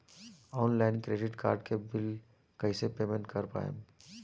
Online credit card के bill कइसे payment कर पाएम?